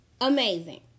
amazing